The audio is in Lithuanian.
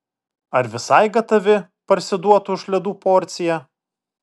ar visai gatavi parsiduot už ledų porciją